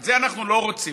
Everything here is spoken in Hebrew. את זה אנחנו לא רוצים,